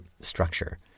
structure